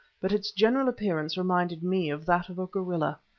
but its general appearance reminded me of that of a gorilla.